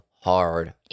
hard